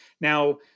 Now